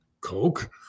coke